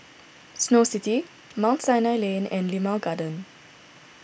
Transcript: Snow City Mount Sinai Lane and Limau Garden